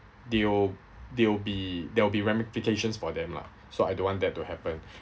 there'll there'll be there'll be ramifications for them lah so I don't want that to happen